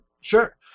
Sure